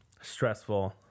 stressful